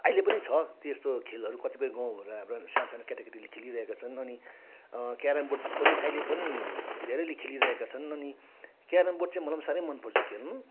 अहिले पनि छ त्यस्तो खेलहरू कतिपय गाउँहरूमा हाम्रो सानसानो केटाकेटीले खेलिरहेका छन् अनि क्यारम बोर्ड पनि अहिले पनि धेरैले खेलिरहेका छन् अनि क्यारम बोर्ड चाहिँ मलाई पनि साह्रै मनपर्छ खेल्नु